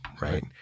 Right